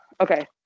Okay